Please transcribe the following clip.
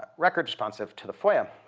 records responsive to the foia.